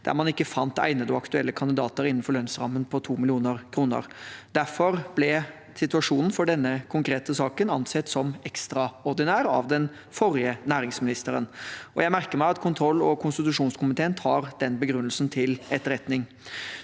der man ikke fant egnede og aktuelle kandidater innenfor lønnsrammen på 2 mill. kr. Derfor ble situasjonen for denne konkrete saken ansett som ekstraordinær av den forrige næringsministeren. Jeg merker meg at kontroll- og konstitusjonskomiteen tar den begrunnelsen til etterretning.